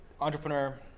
entrepreneur